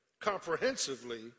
comprehensively